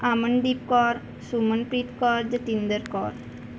Amandeep Kaur Sumanpreet Kaur Jatinder Kaur